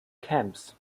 camps